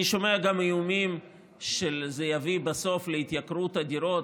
אני שומע גם איומים שזה יביא בסוף להתייקרות הדירות,